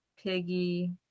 Piggy